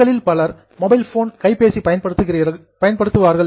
உங்களில் பல பேர் மொபைல் போன் கைபேசி பயன்படுத்துகிறார்கள்